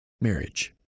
marriage